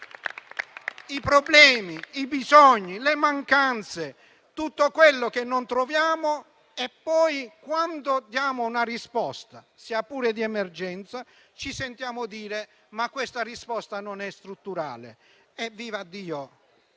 i problemi, i bisogni, le mancanze, tutto quello che non troviamo e, poi, quando diamo una risposta, sia pure di emergenza, ci sentiamo dire che essa non è strutturale. Vivaddio!